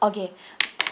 okay